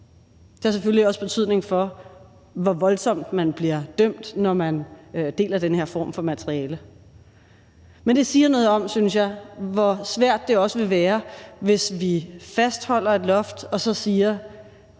Det har selvfølgelig også betydning for, hvor voldsomt man bliver dømt, når man deler den her form for materiale. Men det siger noget om, synes jeg, hvor svært det også vil være, hvis vi fastholder et loft og så siger,